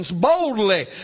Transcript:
boldly